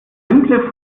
simple